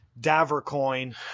Davercoin